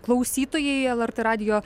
klausytojai lrt radijo